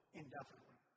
indefinitely